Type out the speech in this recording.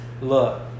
Look